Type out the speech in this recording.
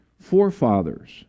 forefathers